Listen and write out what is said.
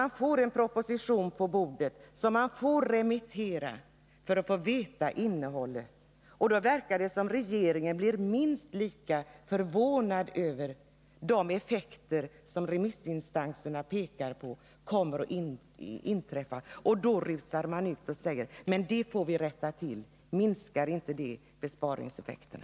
När en proposition remitteras för att man skall få reda på vilka konsekvenser propositionsförslagen får, verkar det som om regeringen blir minst lika förvånad över de effekter som remissinstanserna anser kommer att bli följden av förslagen. Då säger man från regeringens sida: Det får vi rätta till sedan! Minskar inte det besparingseffekterna?